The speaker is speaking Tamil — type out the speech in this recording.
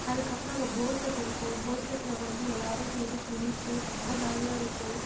அதுக்கப்புறம் அங்கே போர் செட் இருக்கும் போர் செட்டில் வந்து எல்லோரும் சேர்ந்து குளிப்போம் செம்ம ஜாலியாக இருக்கும்